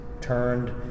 turned